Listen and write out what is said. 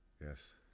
Yes